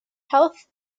health